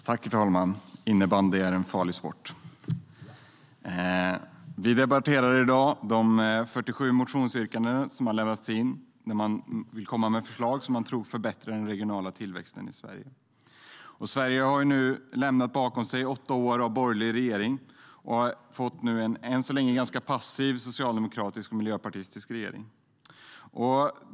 STYLEREF Kantrubrik \* MERGEFORMAT Regional tillväxtpolitikSverige har lämnat bakom sig åtta år av borgerlig regering och har fått en än så länge ganska passiv socialdemokratisk och miljöpartistisk regering.